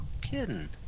kidding